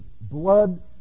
blood